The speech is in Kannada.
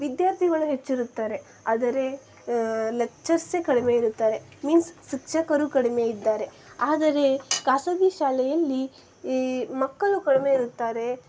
ವಿದ್ಯಾರ್ಥಿಗಳು ಹೆಚ್ಚಿರುತ್ತಾರೆ ಆದರೆ ಲೆಚ್ಚರ್ಸೆ ಕಡಿಮೆ ಇರುತ್ತಾರೆ ಮೀನ್ಸ್ ಶಿಕ್ಷಕರು ಕಡಿಮೆ ಇದ್ದಾರೆ ಆದರೆ ಖಾಸಗಿ ಶಾಲೆಯಲ್ಲಿ ಈ ಮಕ್ಕಳು ಕಡಿಮೆ ಇರುತ್ತಾರೆ